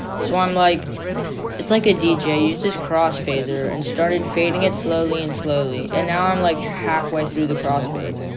so i'm like it's like a dj used his crossfader and started fading it slowly and slowly, and now i'm, like, halfway through the crossfade